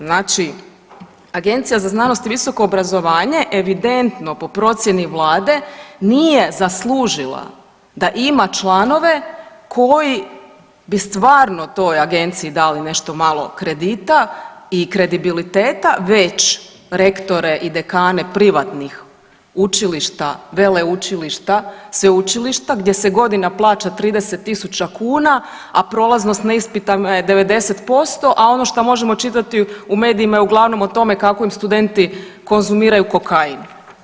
Znači Agencija za znanost i visoko obrazovanje evidentno po procijeni vlade nije zaslužila da ima članove koji bi stvarno toj agenciji dali nešto malo kredita i kredibiliteta već rektore i dekane privatnih učilišta, veleučilišta i sveučilišta gdje se godina plaća 30.000 kuna, a prolaznost na ispitima je 90%, a ono šta možemo čitati u medijima je uglavnom o tome kako im studenti konzumiraju kokain.